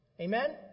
Amen